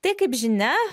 tai kaip žinia